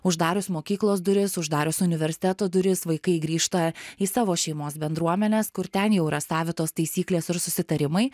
uždarius mokyklos duris uždarius universiteto duris vaikai grįžta į savo šeimos bendruomenes kur ten jau yra savitos taisyklės ir susitarimai